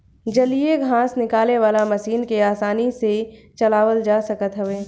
जलीय घास निकाले वाला मशीन के आसानी से चलावल जा सकत हवे